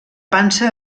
pansa